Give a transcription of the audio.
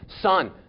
Son